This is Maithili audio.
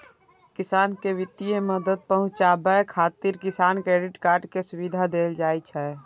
किसान कें वित्तीय मदद पहुंचाबै खातिर किसान क्रेडिट कार्ड के सुविधा देल जाइ छै